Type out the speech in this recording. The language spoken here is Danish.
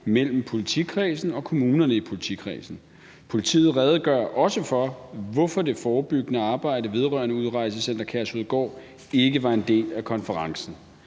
mellem politikredsen og kommunerne i politikredsen. Politiet redegør også for, hvorfor det forebyggende arbejde vedrørende Udrejsecenter Kærshovedgård ikke var en del af konferencen.